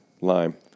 Lime